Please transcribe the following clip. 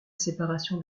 séparation